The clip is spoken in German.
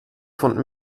von